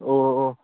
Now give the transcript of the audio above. ꯑꯣ ꯑꯣ ꯑꯣ